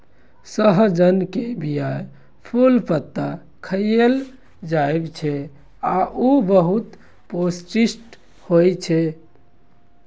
सहजन के बीया, फूल, पत्ता खाएल जाइ छै आ ऊ बहुत पौष्टिक होइ छै